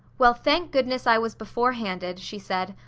well, thank goodness i was before-handed, she said.